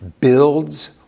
builds